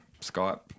Skype